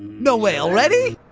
no way! already?